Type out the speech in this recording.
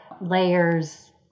layers